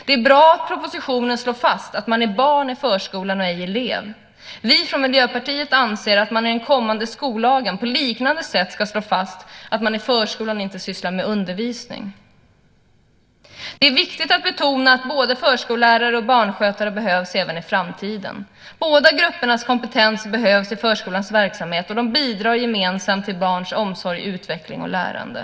Det är bra att propositionen slår fast att man är barn i förskolan, inte elev. Vi från Miljöpartiet anser att det i den kommande skollagen på liknande sätt slås fast att förskolan inte ska syssla med undervisning. Det är också viktigt att betona att både förskollärare och barnskötare behövs även i framtiden. Båda gruppernas kompetens behövs i förskolans verksamhet, och de bidrar gemensamt till barns omsorg, utveckling och lärande.